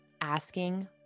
asking